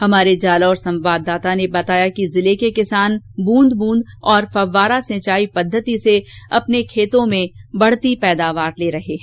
हमारे जालौर संवाददाता ने बताया कि जिले के किसान बूंद बूंद और फव्वारा सिंचाई पद्मति से अपने खेतों में बढ़ती पैदावार ले रहे हैं